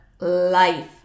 life